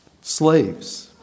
slaves